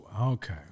Okay